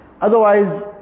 Otherwise